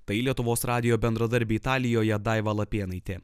tai lietuvos radijo bendradarbė italijoje daiva lapėnaitė